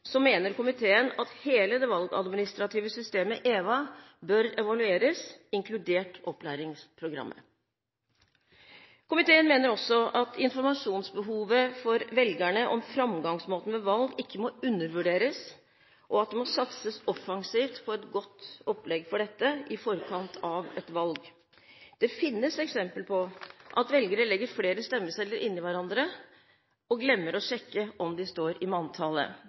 mener komiteen at hele det valgadministrative systemet EVA bør evalueres – inkludert opplæringsprogrammet. Komiteen mener også at informasjonsbehovet for velgerne om framgangsmåten ved valg ikke må undervurderes, og at det må satses offensivt på et godt opplegg for dette i forkant av et valg. Det finnes eksempler på at velgere legger flere stemmesedler inni hverandre og glemmer å sjekke om de står i manntallet.